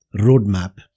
roadmap